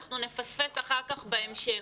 אנחנו נפספס אחר כך בהמשך.